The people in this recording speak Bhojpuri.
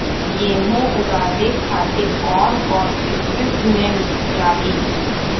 गेहूं उगावे खातिर कौन कौन इक्विप्मेंट्स लागी?